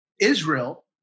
Israel